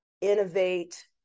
innovate